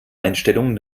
einstellung